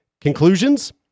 Conclusions